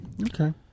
Okay